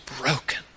broken